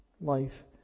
life